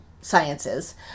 sciences